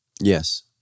Yes